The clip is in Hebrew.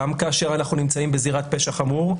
גם כאשר אנחנו נמצאים בזירת פשע חמור,